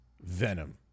Venom